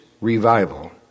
revival